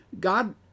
God